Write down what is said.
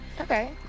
Okay